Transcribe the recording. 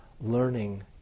learning